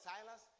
Silas